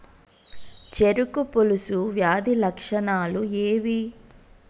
చెరుకు పొలుసు వ్యాధి లక్షణాలు ఏవి?